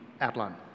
outline